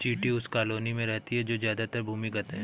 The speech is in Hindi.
चींटी उस कॉलोनी में रहती है जो ज्यादातर भूमिगत है